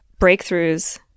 breakthroughs